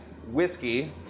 Whiskey